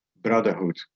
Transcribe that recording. brotherhood